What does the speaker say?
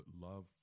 love